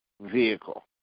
vehicle